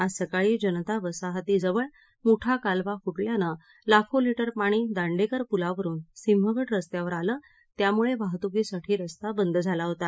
आज सकाळी जनता वसाहती जवळ मुठा कलवा फुटल्यानं लाखो लिटर पाणी दांडेकर पुलावरुन सिंहगड रस्त्यावर आलं त्यामुळे वाहतूकीसाठी रस्ता बंद झाला होता